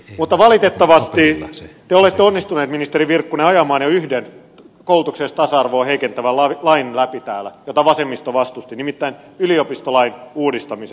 mutta valitettavasti te olette onnistunut ministeri virkkunen ajamaan täällä läpi jo yhden koulutuksellista tasa arvoa heikentävän lain jota vasemmisto vastusti nimittäin yliopistolain uudistamisen